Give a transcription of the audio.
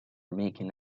making